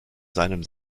seinem